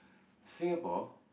Singapore